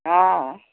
অঁ